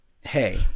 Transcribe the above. Hey